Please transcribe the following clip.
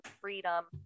freedom